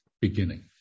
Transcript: beginning